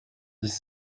dix